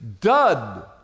Dud